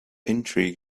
intrigue